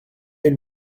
une